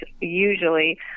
usually